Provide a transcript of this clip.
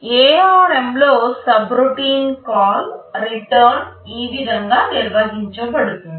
ARM లో subroutine call రిటర్న్subroutine callreturn ఈ విధంగా నిర్వహించబడుతుంది